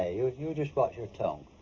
ah you you just watch your tongue,